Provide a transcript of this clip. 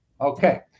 Okay